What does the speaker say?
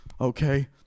okay